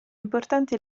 importanti